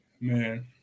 Man